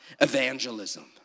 evangelism